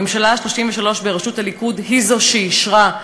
הממשלה ה-33 בראשות הליכוד היא זו שאישרה,